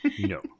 No